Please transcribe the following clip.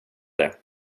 det